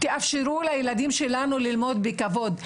תאפשרו לילדים שלנו ללמוד בכבוד.